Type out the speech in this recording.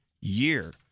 year